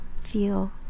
feel